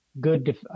good